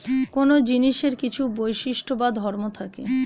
কোন জিনিসের কিছু বৈশিষ্ট্য বা ধর্ম থাকে